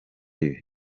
ibi